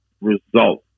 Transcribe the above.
result